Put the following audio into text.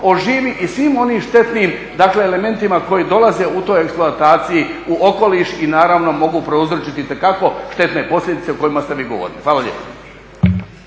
o živi i svim onim štetnim, dakle elementima koji dolaze u toj eksploataciji u okoliš i naravno mogu prouzročiti itekako štetne posljedice o kojima ste vi govorili. Hvala lijepo.